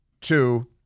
two